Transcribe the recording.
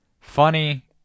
funny